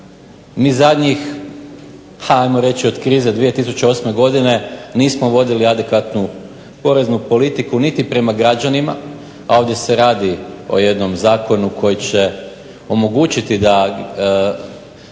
ni zadnjih ajmo reći od 2008. Godine, nismo vodili adekvatnu poreznu politiku niti prema građanima, a ovdje se radi o jednom zakonu koji će omogućiti da